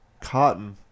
cotton